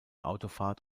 autofahrt